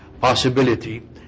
possibility